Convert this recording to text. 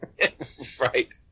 Right